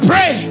Pray